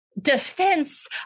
defense